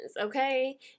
okay